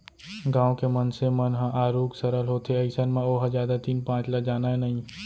गाँव के मनसे मन ह आरुग सरल होथे अइसन म ओहा जादा तीन पाँच ल जानय नइ